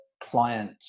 client